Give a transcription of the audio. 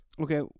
okay